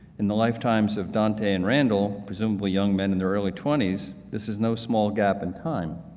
in the lifetimes of dante and randall, presumably young men in their early twenties, this is no small gap in time.